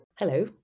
Hello